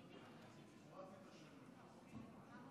ארבעה